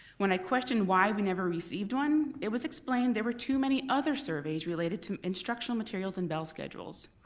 when i questioned why we never received one, it was explained there were too many other surveys related to instructional materials and bell schedules.